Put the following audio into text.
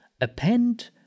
append